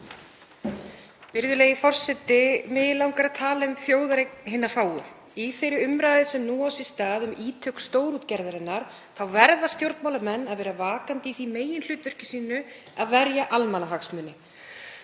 Virðulegi forseti. Mig langar að tala um þjóðareign hinna fáu. Í þeirri umræðu sem nú á sér stað um ítök stórútgerðarinnar verða stjórnmálamenn að vera vakandi í því meginhlutverki sínu að verja almannahagsmuni.